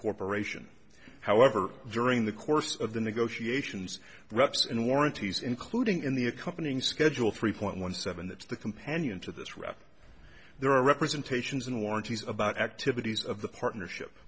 corporation however during the course of the negotiations reps and warranties including in the accompanying schedule three point one seven that's the companion to this wrap there are representations and warranties about activities of the partnership